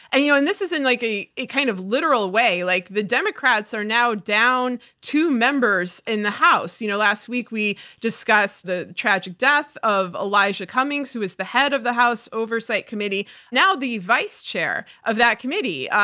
and you know and this is in like a a kind of literal way, like the democrats are now down two members in the house. you know last week we discussed the tragic death of elijah cummings, who is the head of the house oversight committee. now, the vice chair of that committee,